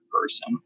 person